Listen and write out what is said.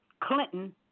Clinton